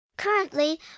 Currently